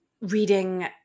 reading